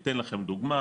אני אתן לכם דוגמה,